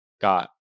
got